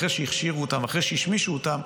אחרי שהכשירו אותם והשמישו אותם,